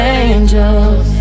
angels